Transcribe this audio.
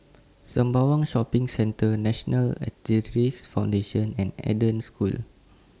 Sembawang Shopping Centre National Arthritis Foundation and Eden School